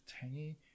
tangy